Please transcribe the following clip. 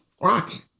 rocking